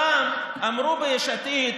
פעם אמרו ביש עתיד,